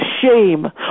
shame